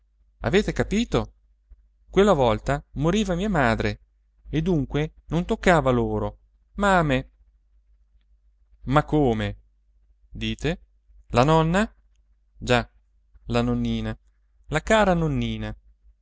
avete capito quella volta moriva mia madre e dunque non toccava a loro ma a me ma come dite la nonna già la nonnina la cara nonnina